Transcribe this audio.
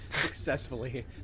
successfully